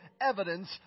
evidence